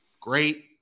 great